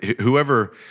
whoever